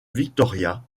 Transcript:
victoria